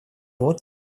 вот